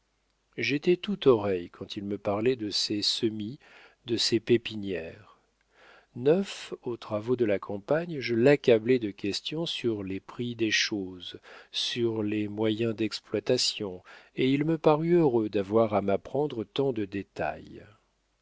j'étais tout oreilles quand il me parlait de ses semis de ses pépinières neuf aux travaux de la campagne je l'accablais de questions sur les prix des choses sur les moyens d'exploitation et il me parut heureux d'avoir à m'apprendre tant de détails